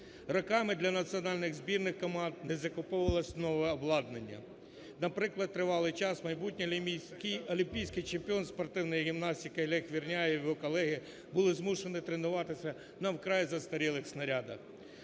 Роками для національних збірних команд не закуповувалося нове обладнання. Наприклад, тривалий час майбутній олімпійський чемпіон із спортивної гімнастики Олег Верняєв і його колеги були змушені тренуватися на вкрай застарілих снарядах.